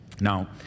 Now